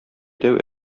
дәү